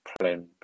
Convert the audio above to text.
plan